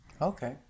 Okay